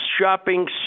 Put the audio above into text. shopping